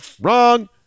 Wrong